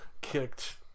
kicked